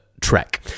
trek